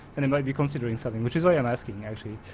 and they might be considering something. which is why i'm asking actually.